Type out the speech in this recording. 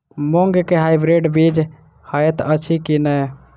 मूँग केँ हाइब्रिड बीज हएत अछि की नै?